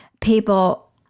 people